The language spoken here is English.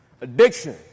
addiction